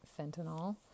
fentanyl